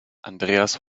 andreas